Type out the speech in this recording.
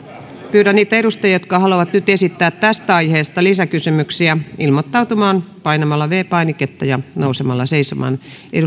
pyydän niitä edustajia jotka haluavat nyt esittää tästä aiheesta lisäkysymyksiä ilmoittautumaan painamalla viides painiketta ja nousemalla seisomaan